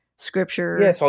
scripture